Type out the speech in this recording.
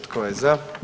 Tko je za?